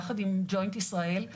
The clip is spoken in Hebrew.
יחד עם ג'וינט ישראל,